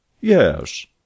Yes